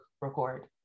record